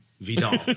Vidal